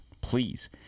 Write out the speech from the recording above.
Please